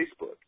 Facebook